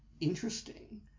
interesting